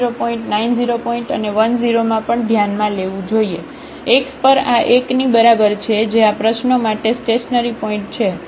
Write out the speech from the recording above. છે તેથી આપણે 00 પોઇન્ટ 90 પોઇન્ટ અને 10 માં પણ ધ્યાનમાં લેવું જોઈએ x પર આ 1 ની બરાબર છે જે આ પ્રશ્નો માટે સ્ટેશનરીપોઇન્ટ છે